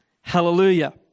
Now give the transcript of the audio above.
Hallelujah